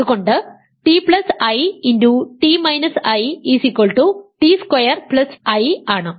അതുകൊണ്ട് ti T square plus i ആണ്